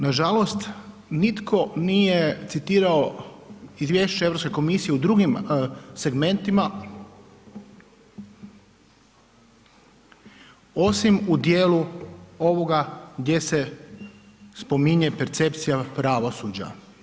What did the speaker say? Nažalost, nitko nije citirao izvješće Europske komisije u drugim segmentima osim u dijelu ovoga gdje se spominje percepcija pravosuđa.